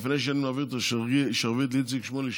לפני שאני מעביר את השרביט לאיציק שמולי,